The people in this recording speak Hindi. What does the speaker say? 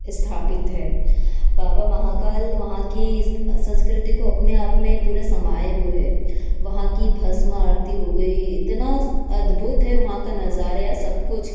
स्थापित है बाबा महाकाल वहाँ कि संस्कृति को अपने आप में पूरा समाए हुए है वहाँ की भस्म आरती हो गई इतना अद्भुत है वहाँ का नज़ारा सब कुछ